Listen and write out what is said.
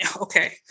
okay